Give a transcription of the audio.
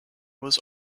was